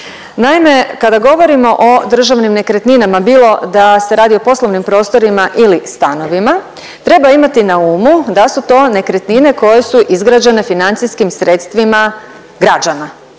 Naime, kada govorimo o državnim nekretninama bilo da se radi o poslovnim prostorima ili stanovima treba imati na umu da su to nekretnine koje su izgrađene financijskim sredstvima građana